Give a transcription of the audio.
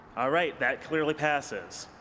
ah right. that clearly passes.